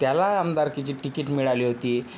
त्याला आमदारकीची टिकीट मिळाली होती